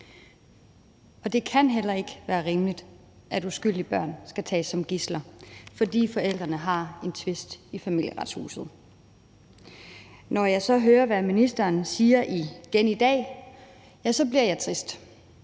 Det kan heller ikke være rimeligt, at uskyldige børn skal tages som gidsler, fordi forældrene har en tvist i Familieretshuset. Når jeg så hører, hvad ministeren siger igen i dag, bliver jeg trist,